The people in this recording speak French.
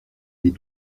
les